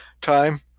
time